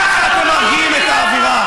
ככה אתם מרגיעים את האווירה.